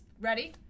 Ready